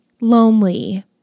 lonely